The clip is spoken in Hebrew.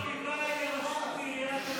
אורנה ברביבאי לראשות עיריית תל אביב.